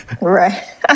Right